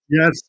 Yes